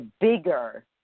bigger